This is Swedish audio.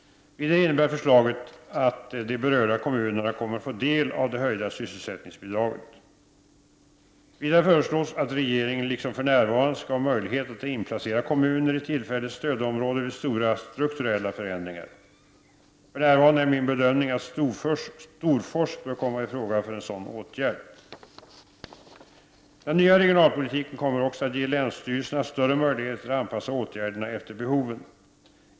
Vidare innebär förslaget att de berörda kommunerna kommer att få del av det höjda sysselsättningsbidraget. Vidare föreslås att regeringen, liksom för närvarande, skall ha möjlighet att inplacera kommuner i tillfälligt stödområde vid stora strukturella förändringar. För närvarande är min bedömning att Storfors bör komma i fråga för en sådan åtgärd. Den nya regionalpolitiken kommer också att ge länsstyrelsen större möjligheter att anpassa åtgärderna efter behoven.